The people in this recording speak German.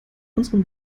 unserem